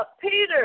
Peter